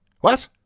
What